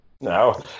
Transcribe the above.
No